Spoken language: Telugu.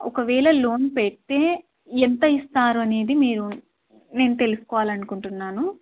ఒకవేళ లోన్ పెడితే ఎంత ఇస్తారు అనేది మీరు నేను తెలుసుకోవాలి అనుకుంటున్నాను